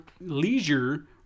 Leisure